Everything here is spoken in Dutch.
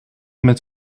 met